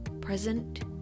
present